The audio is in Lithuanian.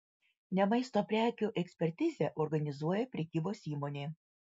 ne maisto prekių ekspertizę organizuoja prekybos įmonė